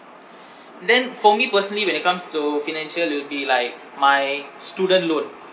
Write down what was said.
s~ then for me personally when it comes to financial it'll be like my student loan